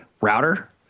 router